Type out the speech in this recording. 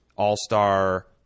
all-star